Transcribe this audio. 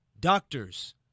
doctors